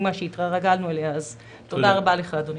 השרה עומר ינקלביץ' הייתה אמורה להשתתף איתנו בישיבה,